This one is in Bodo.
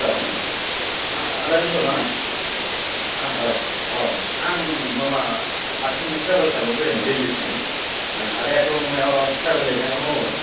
हेलौ आदा बिस'ना आं औ आं माबा हारसिङै ट्रेभेल खालामनो फैदोंमोन दिल्लिसिम आदायाथ' माबायाव ट्राइभेल एजेन्ट आव मावो